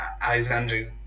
Alexandru